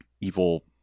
evil